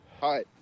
Hi